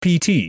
pt